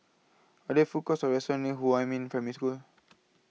Are There Food Courts Or restaurants near Huamin Primary School